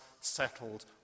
settled